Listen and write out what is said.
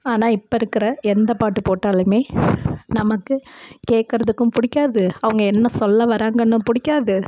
ஆனால் இப்போ இருக்கிற எந்தப் பாட்டு போட்டாலுமே நமக்கு கேட்கறதுக்கும் பிடிக்காது அவங்க என்ன சொல்ல வராங்கன்னும் பிடிக்காது